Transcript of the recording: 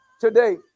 today